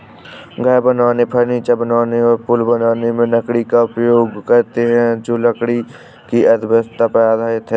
घर बनाने, फर्नीचर बनाने और पुल बनाने में लकड़ी का उपयोग करते हैं जो लकड़ी की अर्थव्यवस्था पर आधारित है